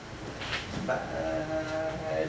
bye